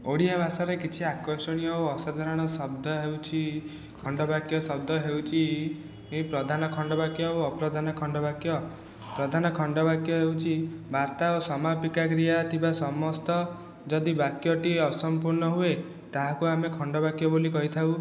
ଓଡ଼ିଆ ଭାଷାରେ କିଛି ଆକର୍ଷଣୀୟ ଓ ଅସାଧାରଣ ଶବ୍ଦ ହେଉଛି ଖଣ୍ଡବାକ୍ୟ ଶବ୍ଦ ହେଉଛି ପ୍ରଧାନ ଖଣ୍ଡବାକ୍ୟ ଓ ଅପ୍ରଧାନ ଖଣ୍ଡବାକ୍ୟ ପ୍ରଧାନ ଖଣ୍ଡବାକ୍ୟ ହେଉଛି ବାର୍ତ୍ତା ଓ ସମାପିକା କ୍ରିୟା ଥିବା ସମସ୍ତ ଯଦି ବାକ୍ୟଟି ଅସମ୍ପୂର୍ଣ ହୁଏ ତାହାକୁ ଆମେ ଖଣ୍ଡବାକ୍ୟ ବୋଲି କହିଥାଉ